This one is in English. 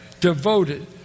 devoted